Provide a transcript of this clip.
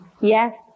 Yes